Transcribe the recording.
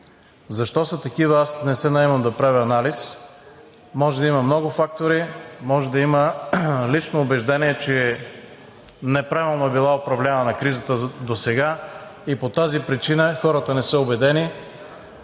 Защо са такива аз не се наемам да правя анализ. Може да има много фактори. Може да има лично убеждение, че неправилно е била управлявана кризата досега и по тази причина хората не са убедени.